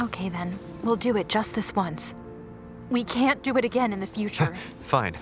ok then we'll do it just this once we can't do it again in the future fine